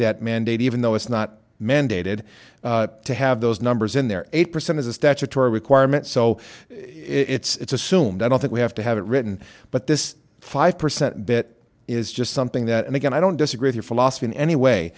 that mandate even though it's not mandated to have those numbers in there eight percent is a statutory requirement so it's assumed i don't think we have to have it written but this five percent bit is just something that again i don't disagree your philosophy in any way